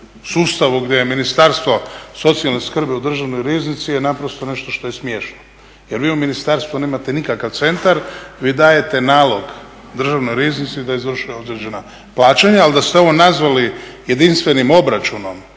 sustavu gdje je Ministarstvo socijalne skrbi u Državnoj riznici je naprosto nešto što je smiješno. Jer vi u ministarstvu nemate nikakav centar, vi dajete nalog Državnoj riznici da izvrše određena plaćanja. Ali da ste ovo nazvali jedinstvenim obračunom